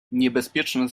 niebezpieczny